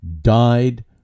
died